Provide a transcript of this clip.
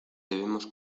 debemos